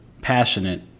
passionate